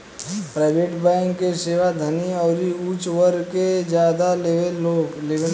private bank के सेवा धनी अउरी ऊच वर्ग के ज्यादा लेवेलन लोग